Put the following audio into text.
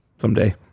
someday